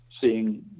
seeing